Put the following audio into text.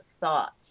thoughts